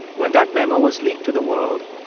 when that memo was leaked to the world,